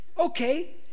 Okay